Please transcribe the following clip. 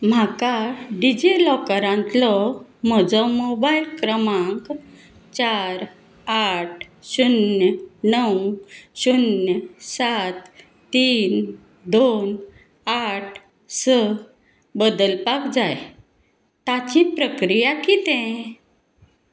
म्हाका डिजिलॉकरांतलो म्हजो मोबायल क्रमांक चार आठ शुन्य णव शुन्य सात तीन दोन आठ स बदलपाक जाय ताची प्रक्रिया कितें